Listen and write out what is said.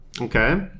Okay